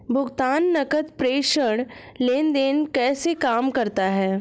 भुगतान नकद प्रेषण लेनदेन कैसे काम करता है?